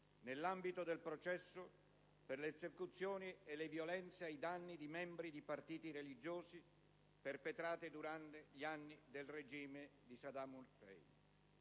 nell'ambito del processo per le esecuzioni e le violenze ai danni di membri di partiti religiosi perpetrate durante gli anni del regime di Saddam Hussein.